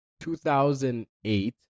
2008